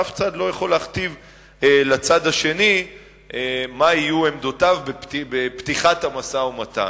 ואף צד לא יכול להכתיב לצד השני מה יהיו עמדותיו בפתיחת המשא-ומתן.